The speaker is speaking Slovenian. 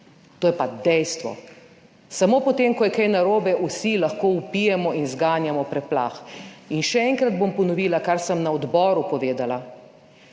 To je pa dejstvo. Samo potem ko je kaj narobe, vsi lahko vpijemo in zganjamo preplah. Še enkrat bom ponovila, kar sem na odboru povedala: